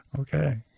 Okay